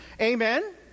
Amen